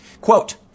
Quote